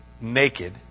naked